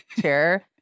chair